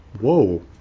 Whoa